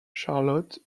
charlotte